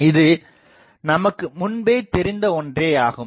இது நமக்குமுன்பே தெரிந்த ஒன்றேயாகும்